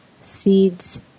seeds